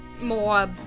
more